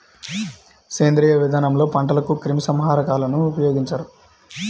సేంద్రీయ విధానంలో పంటలకు క్రిమి సంహారకాలను ఉపయోగించరు